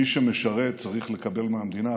מי שמשרת צריך לקבל מהמדינה,